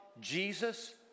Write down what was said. Jesus